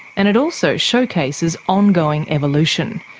and it also showcases ongoing evolution.